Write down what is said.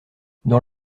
dans